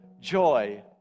joy